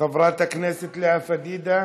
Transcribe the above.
חברת הכנסת לאה פדידה,